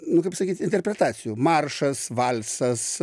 nu kaip sakyt interpretacijų maršas valsas